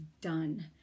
done